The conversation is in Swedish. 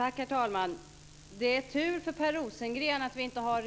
Herr talman! Det är tur för Per Rosengren att vi inte har